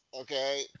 Okay